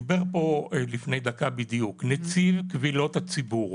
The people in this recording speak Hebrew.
דיבר פה לפני דקה בדיוק, נציג קבילות הציבור.